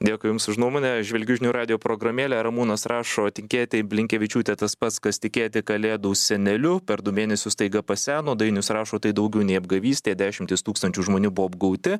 dėkui jums už nuomonę žvelgiu į žinių radijo programėlę ramūnas rašo tikėti blinkevičiūte tas pats kas tikėti kalėdų seneliu per du mėnesius staiga paseno dainius rašo tai daugiau nei apgavystė dešimtys tūkstančių žmonių buvo apgauti